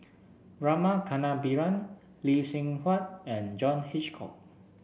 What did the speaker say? Rama Kannabiran Lee Seng Huat and John Hitchcock